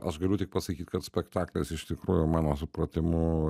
aš galiu tik pasakyt kad spektaklis iš tikrųjų mano supratimu